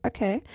Okay